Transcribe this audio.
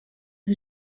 who